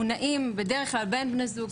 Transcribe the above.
מונעים בדרך כלל בין בני זוג,